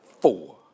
Four